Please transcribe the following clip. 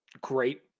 great